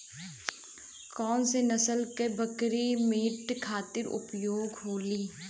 कौन से नसल क बकरी मीट खातिर उपयोग होली?